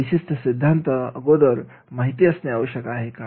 विशिष्ट सिद्धान्त अगोदर माहिती असणे आवश्यक आहे का